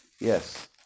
Yes